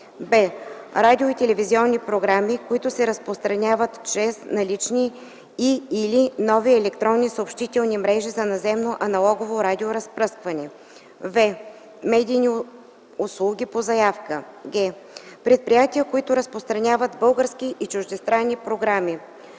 б) радио- и телевизионни програми, които се разпространяват чрез налични и/или нови електронни съобщителни мрежи за наземно аналогово радиоразпръскване; в) медийни услуги по заявка; г) предприятия, които разпространяват български и чуждестранни програми.”;